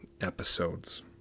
episodes